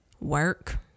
work